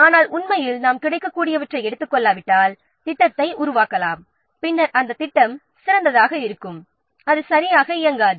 ஆனால் உண்மையில் நாம் கிடைக்கக்கூடியவற்றை எடுத்துக் கொள்ளாவிட்டாலும் S ஐ உருவாக்கலாம் பின்னர் அந்த திட்டம் ஏற்றதாக இருக்கும் ஆனால் சரியாக இயங்காது